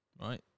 right